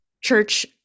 church